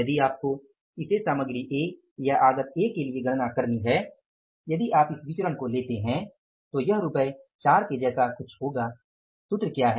यदि आपको इसे सामग्री A या आगत A के लिए गणना करनी है यदि आप इस विचरण को लेते हैं तो यह रुपये 4 के जैसा कुछ होगा सूत्र क्या है